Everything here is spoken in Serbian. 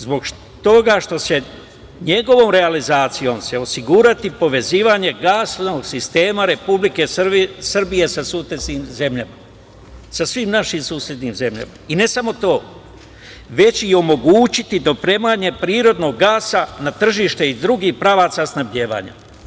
Zbog toga što će se njegovom realizacijom osigurati povezivanje gasnog sistema Republike Srbije sa susednim zemljama i ne samo to, već i omogućiti dopremanje prirodnog gasa na tržište i drugih pravaca snabdevanja.